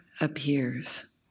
appears